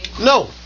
No